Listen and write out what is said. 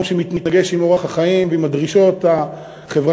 שמתנגש עם אורח החיים ועם הדרישות החברתיות,